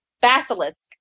basilisk